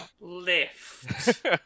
Lift